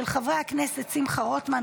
של חברי הכנסת שמחה רוטמן,